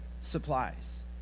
supplies